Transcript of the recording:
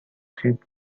sheep